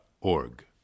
org